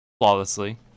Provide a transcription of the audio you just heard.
flawlessly